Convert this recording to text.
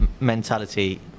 mentality